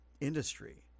industry